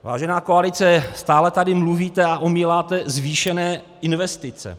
Vážená koalice, stále tady mluvíte a omíláte zvýšené investice.